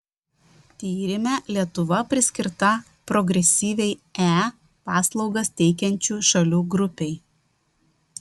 tyrime lietuva priskirta progresyviai e paslaugas teikiančių šalių grupei